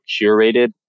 curated